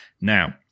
Now